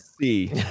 see